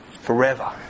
forever